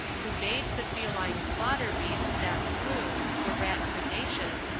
who bayed the feline slaughter-beast that slew the rat predaceous,